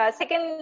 second